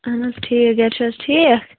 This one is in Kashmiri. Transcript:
اَہَن حظ ٹھیٖک گَرِ چھِ حظ ٹھیٖک